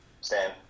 Stan